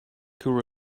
could